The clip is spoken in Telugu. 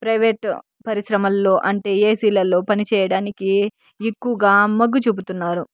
ప్రైవేటు పరిశ్రమల్లో అంటే ఏసిలల్లో పని చేయడానికి ఎక్కువగా మొగ్గు చూపుతున్నారు